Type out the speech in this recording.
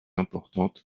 importante